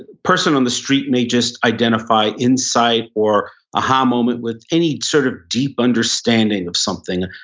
person on the street may just identify insight or aha moment with any sort of deep understanding of something.